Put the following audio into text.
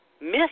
miss